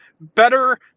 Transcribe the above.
Better